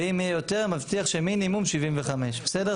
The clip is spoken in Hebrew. ואם יהיה יותר נבטיח שמינימום 75. בסדר?